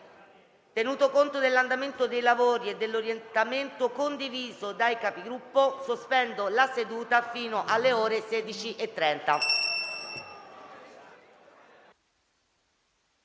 Tenuto conto dell'andamento dei lavori e dell'orientamento condiviso dai Capigruppo, sospendo la seduta fino alle ore 16,30.